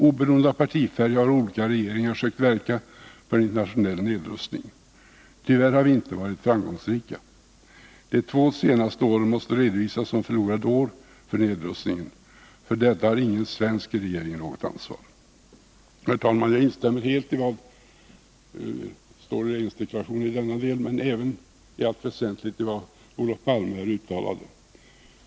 Oberoende av partifärg har olika regeringar sökt verka för en internationell nedrustning. Tyvärr har vi icke varit framgångsrika. De två senaste åren måste redovisas som förlorade år för nedrustningen. För detta har ingen svensk regering något ansvar. Herr talman! Jag instämmer helt i vad som står i regeringsdeklarationen i denna del men även i allt väsentligt i vad Olof Palme här uttalade.